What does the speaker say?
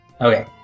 Okay